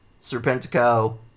Serpentico